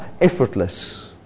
effortless